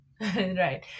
right